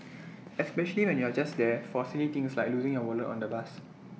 especially when you're just there for silly things like losing your wallet on the bus